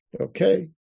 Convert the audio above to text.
Okay